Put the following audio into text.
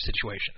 situation